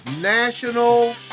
National